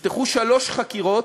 נפתחו שלוש חקירות